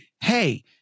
hey